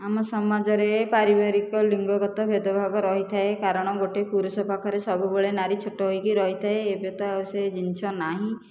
ଆମ ସମାଜରେ ପାରିବାରିକ ଲିଙ୍ଗ ଗତ ଭେଦଭାବ ରହିଥାଏ କାରଣ ଗୋଟିଏ ପୁରୁଷ ପାଖରେ ସବୁବେଳେ ନାରୀ ଛୋଟ ହୋଇକି ରହିଥାଏ ଏବେ ତ ଆଉ ସେ ଜିନିଷ ନାହିଁ